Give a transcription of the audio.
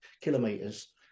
kilometers